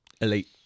Elite